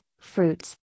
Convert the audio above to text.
fruits